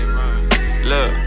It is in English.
Look